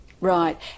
Right